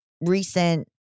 recent